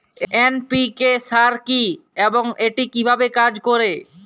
NPK সার কি এবং এটি কিভাবে কাজ করে?